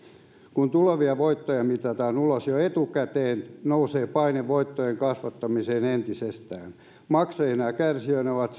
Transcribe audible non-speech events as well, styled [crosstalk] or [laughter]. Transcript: kun tulevia voittoja mitataan ulos jo etukäteen nousee paine voittojen kasvattamiseen entisestään maksajina ja kärsijöinä ovat [unintelligible]